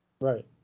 Right